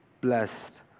blessed